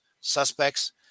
suspects